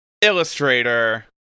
illustrator